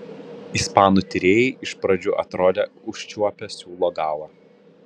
ispanų tyrėjai iš pradžių atrodė užčiuopę siūlo galą